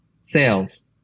sales